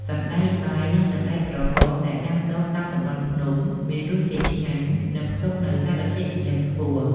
សណ្តែកបាយ និងសណ្តែកក្រហមដែលដាំដុះតាមតំបន់ភ្នំ មានរសជាតិឆ្ងាញ់ និងផ្ទុកនូវសារធាតុចិញ្ចឹមខ្ពស់។